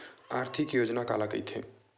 आर्थिक योजना काला कइथे?